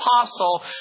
apostle